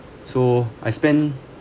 so I spend